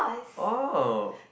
oh